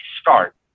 start